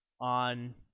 on